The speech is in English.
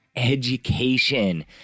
education